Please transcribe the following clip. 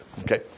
Okay